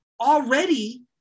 already